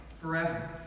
forever